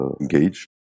engaged